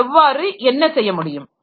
நான் எவ்வாறு என்ன செய்ய முடியும்